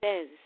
says